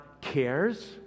cares